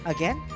Again